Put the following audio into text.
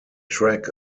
track